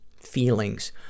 feelings